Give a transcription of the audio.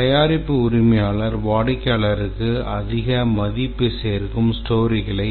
தயாரிப்பு உரிமையாளர் வாடிக்கையாளருக்கு அதிக மதிப்பு சேர்க்கும் storyகளை